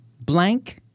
blank